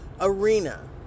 arena